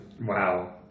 Wow